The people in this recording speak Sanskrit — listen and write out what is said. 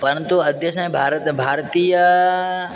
परन्तु अद्यसे भारतं भारतीय